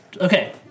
Okay